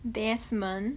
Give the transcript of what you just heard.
desmond